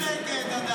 לא הצביע נגד עדיין.